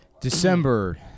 December